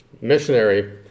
missionary